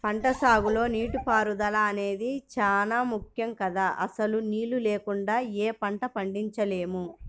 పంటసాగులో నీటిపారుదల అనేది చానా ముక్కెం గదా, అసలు నీళ్ళు లేకుండా యే పంటా పండించలేము